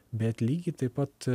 bet lygiai taip pat